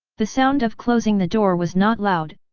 the sound of closing the door was not loud,